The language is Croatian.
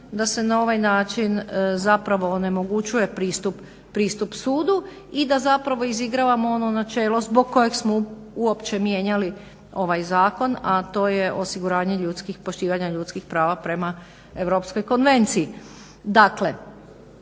da se na ovaj način zapravo onemogućuje pristup sudu i da zapravo izigravamo ono načelo zbog kojeg smo uopće mijenjali ovaj Zakon, a to je osiguranje ljudskih poštivanja ljudskih prava prema Europskoj konvenciji.